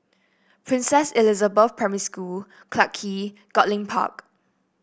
Princess Elizabeth Primary School Clarke Quay Goodlink Park